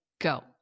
go